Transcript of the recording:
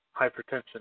Hypertension